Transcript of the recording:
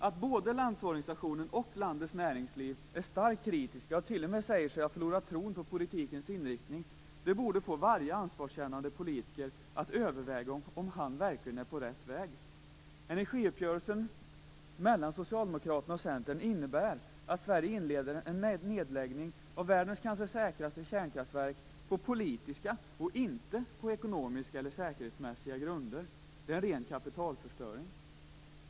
Att både Landsorganisationen och landets näringsliv är starkt kritiska och t.o.m. säger sig ha förlorat tron på politikens inriktning borde få varje ansvarskännande politiker att överväga om han verkligen är på rätt väg. Energiuppgörelsen mellan Socialdemokraterna och Centern innebär att Sverige inleder en nedläggning av världens kanske säkraste kärnkraftverk på politiska, inte på ekonomiska eller säkerhetsmässiga, grunder. Det är ren kapitalförstöring.